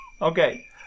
Okay